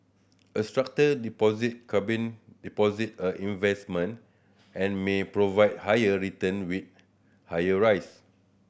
a structured deposit combine deposit and investment and may provide higher return with higher rise